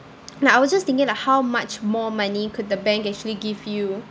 like I was just thinking like how much more money could the bank actually give you